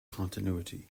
continuity